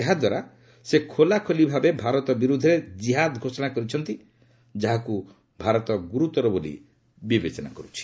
ଏହା ଦ୍ୱାରା ସେ ଖୋଲାଖୋଲି ଭାବେ ଭାରତ ବିରୁଦ୍ଧରେ ଜିହାଦ ଘୋଷଣା କରିଛନ୍ତି ଯାହାକୁ ଭାରତଗୁରୁତର ବୋଲି ବିବେଚନା କରୁଛି